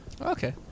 Okay